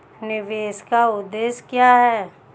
निवेश का उद्देश्य क्या है?